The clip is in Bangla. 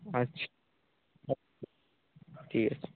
আচ্ছা ঠিক আছে